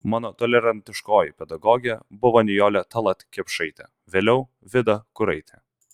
mano tolerantiškoji pedagogė buvo nijolė tallat kelpšaitė vėliau vida kuraitė